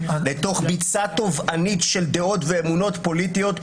לתוך ביצה טובענית של דעות ואמונות פוליטיות,